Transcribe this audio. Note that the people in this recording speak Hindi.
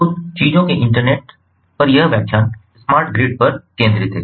तो चीजों के इंटरनेट पर यह व्याख्यान स्मार्ट ग्रिड पर केंद्रित है